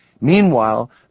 Meanwhile